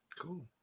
Cool